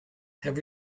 have